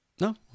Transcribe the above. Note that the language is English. No